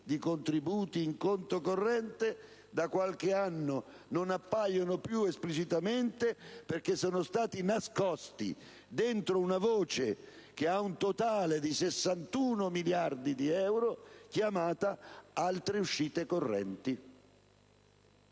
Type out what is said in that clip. di contributi in conto corrente (da qualche anno non appaiono più esplicitamente perché sono stati nascosti dentro una voce che ha un totale di 61 miliardi di euro, chiamata "Altre uscite correnti").